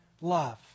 love